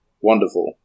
wonderful